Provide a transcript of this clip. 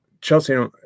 Chelsea